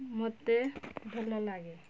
ମୋତେ ଭଲ ଲାଗେ